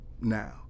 now